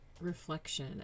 reflection